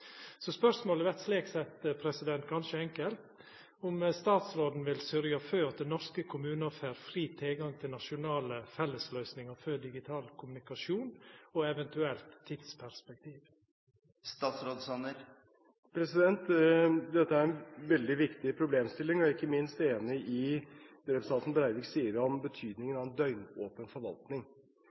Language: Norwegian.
Spørsmålet vert slik sett ganske enkelt om statsråden vil sørgja for at norske kommunar får fri tilgang til nasjonale fellesløysingar for digital kommunikasjon, og eventuelt tidsperspektiv for dette. Dette er en veldig viktig problemstilling, og jeg er ikke minst enig i det representanten Breivik sier om betydningen av en døgnåpen forvaltning.